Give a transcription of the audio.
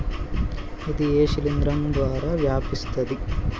ఇది ఏ శిలింద్రం ద్వారా వ్యాపిస్తది?